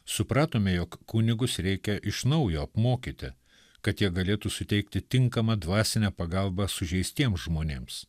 supratome jog kunigus reikia iš naujo apmokyti kad jie galėtų suteikti tinkamą dvasinę pagalbą sužeistiems žmonėms